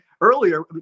earlier